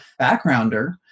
backgrounder